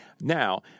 Now